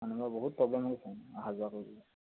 মানুহবোৰৰ বহুত প্ৰব্লেম হৈছে অহা যোৱা কৰিবলৈ